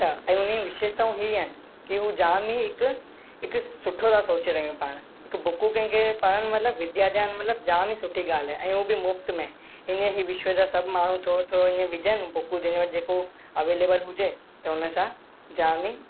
त ऐं हुनजी विशेषताऊं ई आहिनि की हू जाम हिक हिक सुठो थी सोचे रहियूं पाण बुकूं कंहिंखे पढ़ण मतिलब विद्या दान मतिलब जाम ई सुठी ॻाल्हि आहे ऐं हू बि मुफ़्त में हींअ ई विश्व जा सभु माण्हू थोरो थोरो ईअं विजन बुकूं जंहि वटि जेको अवेलेबल हुजे त हुनसां जाम हीअ